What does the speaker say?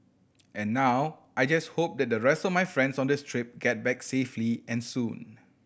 and now I just hope that the rest of my friends on this trip get back safely and soon